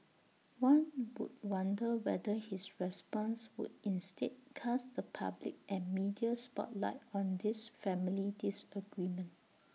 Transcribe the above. one would wonder whether his response would instead cast the public and media spotlight on this family disagreement